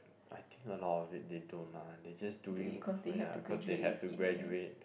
I think a lot of it they don't lah they just doing ya cause they have to graduate